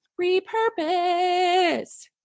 Repurpose